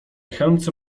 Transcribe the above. chętce